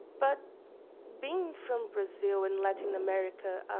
but being from brazil and lat and america,